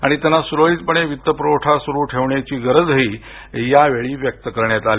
आणि त्यांना सुरळीतपणे वित्त प्रवठा सुरु ठेवण्याची गरजही यावेळी व्यक्त करण्यात आली